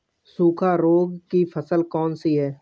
सूखा रोग की फसल कौन सी है?